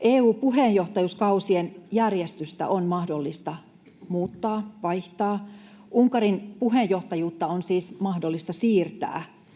EU-puheenjohtajuuskausien järjestystä on mahdollista muuttaa, vaihtaa. Unkarin puheenjohtajuutta on siis mahdollista siirtää.